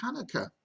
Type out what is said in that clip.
Hanukkah